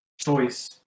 choice